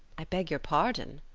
i beg your pardon,